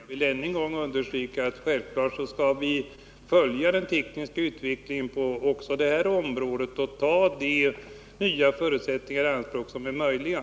Fru talman! Jag vill än en gång understryka att vi självfallet skall följa den tekniska utvecklingen även på detta område och ta de nya metoder i anspråk som är realistiska.